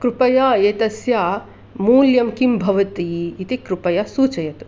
कृपया एतस्य मूल्यं किं भवति इति कृपया सूचयतु